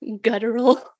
guttural